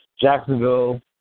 Jacksonville